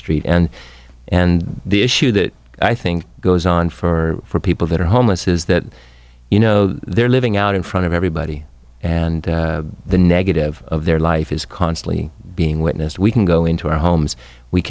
street and and the issue that i think goes on for people that are homeless is that you know they're living out in front of everybody and the negative of their life is constantly being witnessed we can go into our homes we